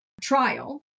trial